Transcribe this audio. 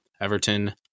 Everton